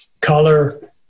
color